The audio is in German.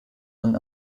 man